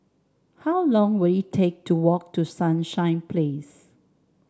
how long will it take to walk to Sunshine Place